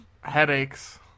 headaches